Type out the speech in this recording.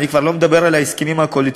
אני כבר לא מדבר על ההסכמים הקואליציוניים,